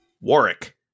Warwick